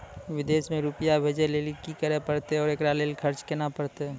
विदेश मे रुपिया भेजैय लेल कि करे परतै और एकरा लेल खर्च केना परतै?